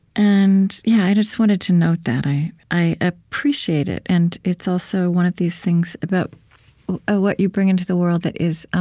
and yeah just wanted to note that. i i appreciate it, and it's also one of these things about what you bring into the world that is